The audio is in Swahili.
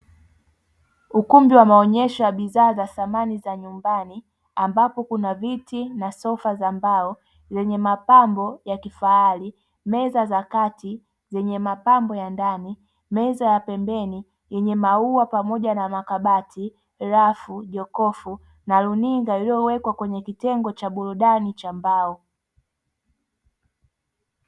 Ukumbi wa maonyesho wa bidhaa za samani za nyumbani, ambapo kuna viti na sofa za mbao zenye mapambo ya kifahari, meza za kati zenye mapambo ya ndani, meza ya pembeni yenye maua pamoja na makabati, rafu, jokofu na runinga iliyowekwa kwenye kitengo cha burudani cha mbao.